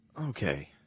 okay